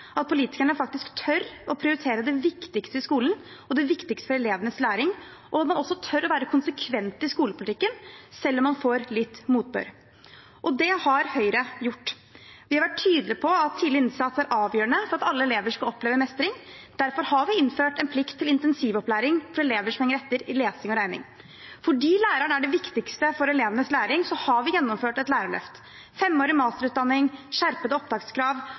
at politikerne faktisk tør å prioritere det viktigste i skolen og det viktigste for elevenes læring, og at man også tør å være konsekvente i skolepolitikken, selv om man får litt motbør. Det har Høyre gjort. Vi har vært tydelige på at tidlig innsats er avgjørende for at alle elever skal oppleve mestring. Derfor har vi innført en plikt til intensivopplæring for elever som henger etter i lesing og regning. Fordi læreren er det viktigste for elevenes læring, har vi gjennomført et lærerløft, med femårig masterutdanning, skjerpede opptakskrav,